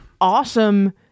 awesome